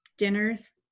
Dinners